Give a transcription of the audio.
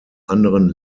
anderen